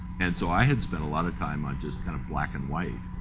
and so i had spent a lot of time on just kind of black and white.